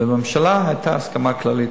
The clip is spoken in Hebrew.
ובממשלה היתה הסכמה כללית,